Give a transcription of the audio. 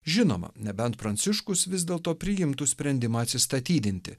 žinoma nebent pranciškus vis dėlto priimtų sprendimą atsistatydinti